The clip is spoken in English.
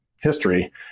history